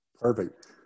Perfect